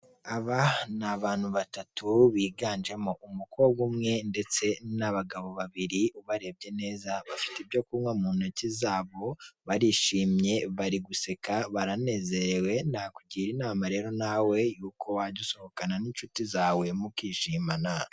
Aba ni abantu batatu, biganjemo umukobwa umwe ndetse n'abagabo babiri, ubarebye neza, bafite ibyo kunywa mu ntoki zabo, barishimye, bari guseka, baranezerewe, nakugira inama rero nawe yuko wajya usohokana n'ishuti zawe, mukishimana.